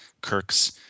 Kirk's